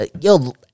Yo